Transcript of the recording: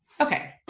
Okay